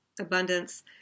abundance